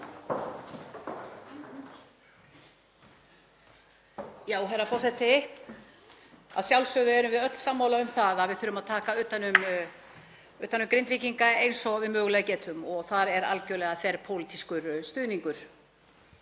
Herra forseti. Að sjálfsögðu erum við öll sammála um að við þurfum að taka utan um Grindvíkinga eins og við mögulega getum. Þar er algerlega þverpólitískur stuðningur